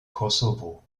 kosovo